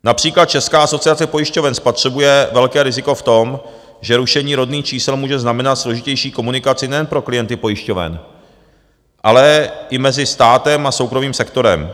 Například Česká asociace pojišťoven spatřuje velké riziko v tom, že rušení rodných čísel může znamenat složitější komunikaci nejen pro klienty pojišťoven, ale i mezi státem a soukromým sektorem.